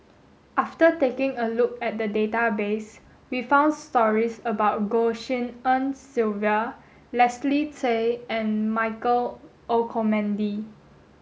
after taking a look at the database we found stories about Goh Tshin En Sylvia Leslie Tay and Michael Olcomendy